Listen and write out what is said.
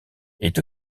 est